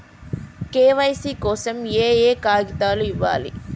KYC కోసం ఏయే కాగితాలు ఇవ్వాలి?